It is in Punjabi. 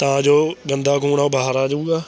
ਤਾਂ ਜੋ ਗੰਦਾ ਖੂਨ ਆ ਉਹ ਬਾਹਰ ਆ ਜੂਗਾ